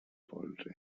polze